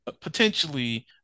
potentially